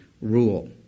rule